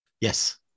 Yes